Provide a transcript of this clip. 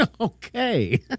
Okay